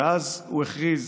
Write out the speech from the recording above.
שאז הוא הכריז